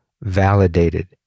Validated